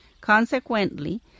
Consequently